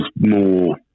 more